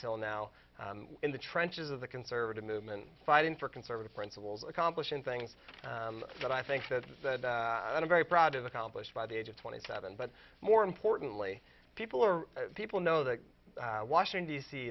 till now in the trenches of the conservative movement fighting for conservative principles accomplishing things that i think that i'm very proud of accomplished by the age of twenty seven but more importantly people are people know that washington d c